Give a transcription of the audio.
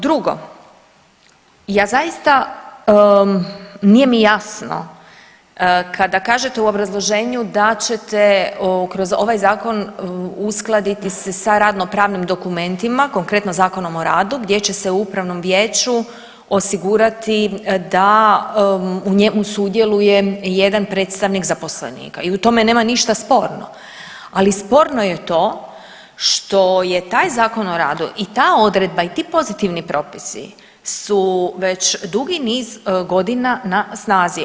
Drugo, ja zaista, nije mi jasno kada kažete u obrazloženju da ćete kroz ovaj zakon uskladiti se sa radno pravnim dokumentima, konkretno Zakonom o radu, gdje će se upravnom vijeću osigurati da u njemu sudjeluje jedan predstavnik zaposlenika i u tome nema ništa sporno, ali sporno je to što je taj Zakon o radu i ta odredba i ti pozitivni propisi su već dugi niz godina na snazi.